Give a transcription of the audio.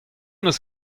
deus